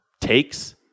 takes